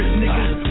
niggas